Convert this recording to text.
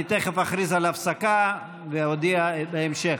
אני תכף אכריז על הפסקה ואודיע על ההמשך.